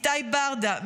איתי ברדה,